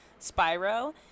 Spyro